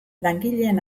langileen